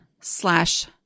slash